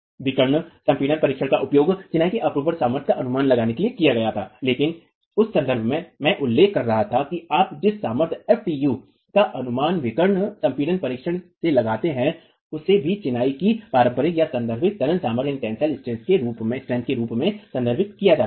विकर्ण संपीड़न परीक्षण का उपयोग चिनाई की अपरूपण सामर्थ्य का अनुमान लगाने के लिए किया गया था लेकिन उस संदर्भ में मैं उल्लेख कर रहा था कि आप जिस सामर्थ्य ftu का अनुमान विकर्ण संपीड़न परीक्षण से लगाते हैं उसे भी चिनाई की पारंपरिक या संदर्भित तनन सामर्थ्य के रूप में संदर्भित किया जाता है